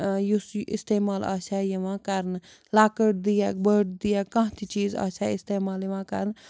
یُس یہِ اِستعمال آسہِ ہا یِوان کَرنہٕ لۄکٕٹ دیگ بٔڑ دِیگ کانٛہہ تہِ چیٖز آسہِ ہا استعمال یِوان کَرنہٕ